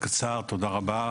תודה רבה.